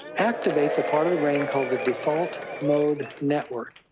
activates a part of the brain called the default mode network.